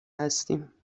هستیم